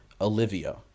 Olivia